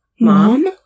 mom